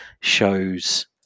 shows